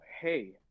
hey